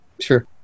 Sure